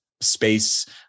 space